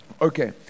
Okay